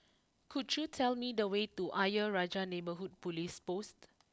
could you tell me the way to Ayer Rajah Neighbourhood police post